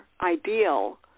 ideal